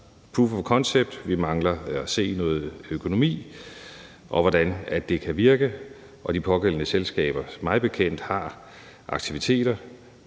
proof of concept, vi mangler at se noget økonomi, og hvordan det kan virke. De pågældende selskaber har mig bekendt aktiviteter